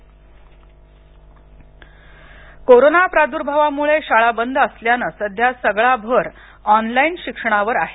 online शिक्षण corona प्रादद्र्भावामुळे शाळा बंद असल्यानं सध्या सगळा भर ऑनलाईन शिक्षणावर आहे